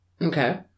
Okay